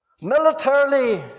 Militarily